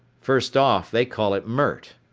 first off they call it mert.